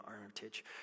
Armitage